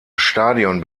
stadion